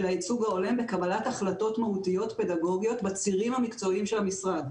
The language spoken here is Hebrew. הייצוג ההולם בקבלת החלטות פדגוגיות מהותיות בצירים המקצועיים של המשרד: